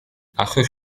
allwch